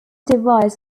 device